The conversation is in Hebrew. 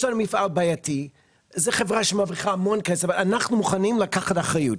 יש לנו מפעל בעייתי, אנחנו מוכנים לקחת אחריות",